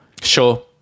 Sure